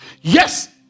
Yes